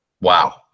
Wow